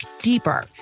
deeper